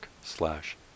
slash